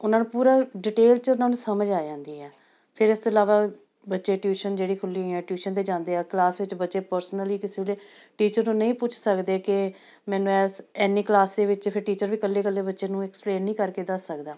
ਉਹਨਾਂ ਨੂੰ ਪੂਰਾ ਡਿਟੇਲ 'ਚ ਉਹਨਾਂ ਨੂੰ ਸਮਝ ਆ ਜਾਂਦੀ ਹੈ ਫਿਰ ਇਸ ਤੋਂ ਇਲਾਵਾ ਬੱਚੇ ਟਿਊਸ਼ਨ ਜਿਹੜੀ ਖੁੱਲ੍ਹੀਆਂ ਹੋਈਆਂ ਟਿਊਸ਼ਨ 'ਤੇ ਜਾਂਦੇ ਆ ਕਲਾਸ ਵਿੱਚ ਬੱਚੇ ਪਰਸਨਲੀ ਕਿਸੇ ਵੇਲੇ ਟੀਚਰ ਨੂੰ ਨਹੀਂ ਪੁੱਛ ਸਕਦੇ ਕਿ ਮੈਨੂੰ ਇਸ ਇੰਨੀ ਕਲਾਸ ਦੇ ਵਿੱਚ ਫਿਰ ਟੀਚਰ ਵੀ ਇਕੱਲੇ ਇਕੱਲੇ ਬੱਚੇ ਨੂੰ ਐਕਸਪਲੇਨ ਨਹੀਂ ਕਰਕੇ ਦੱਸ ਸਕਦਾ